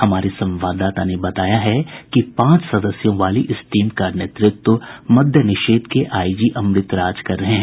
हमारे संवाददाता ने बताया है कि पांच सदस्यों वाली इस टीम का नेतृत्व मद्यनिषेध के आईजी अमृत राज कर रहे हैं